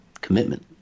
commitment